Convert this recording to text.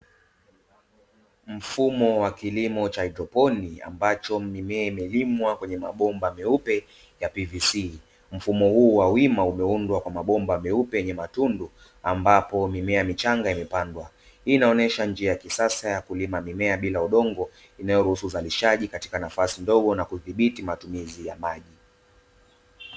Mfumo wa kilimo cha haidroponi, ambacho mimea imelimwa kwenye mabomba meupe ya PVC, mfumo huu wa wima umeundwa kwa mabomba meupe yenye matundu, ambapo mimea michanga imepandwa. Hii inaonyesha njia ya kisasa ya kulima mimea bila udongo, inayoruhusu uzalishaji katika nafasi ndogo na kudhibiti matumizi ya maji.